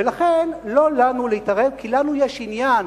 ולכן, לא לנו להתערב, כי לנו יש עניין